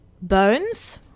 Bones